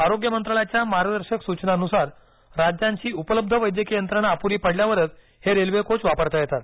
आरोग्य मंत्रालयाच्या मार्गदर्शक सूचनांनुसार राज्यांची उपलब्ध वैद्यकीय यंत्रणा अपुरी पडल्यावरच हे रेल्वे कोच वापरता येतात